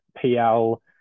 PL